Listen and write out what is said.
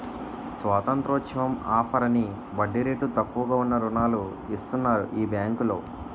స్వతంత్రోత్సవం offer అని వడ్డీ రేట్లు తక్కువగా ఉన్న రుణాలు ఇస్తన్నారు ఈ బేంకులో